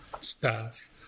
staff